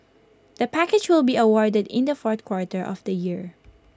the package will be awarded in the fourth quarter of the year